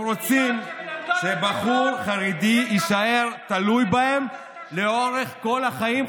הם רוצים שבחור חרדי יישאר תלוי בהם לאורך כל החיים,